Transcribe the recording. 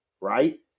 right